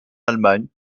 allemagne